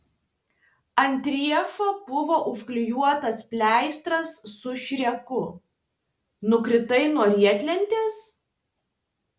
ant riešo buvo užklijuotas pleistras su šreku nukritai nuo riedlentės